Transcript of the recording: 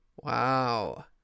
Wow